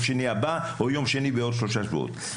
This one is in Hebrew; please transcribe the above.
שני הבא או ביום שלישי בעוד שלושה שבועות.